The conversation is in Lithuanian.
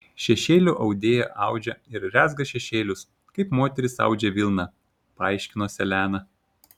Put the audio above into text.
šešėlių audėja audžia ir rezga šešėlius kaip moterys audžia vilną paaiškino seleną